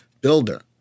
Builder